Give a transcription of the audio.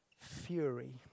fury